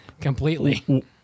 completely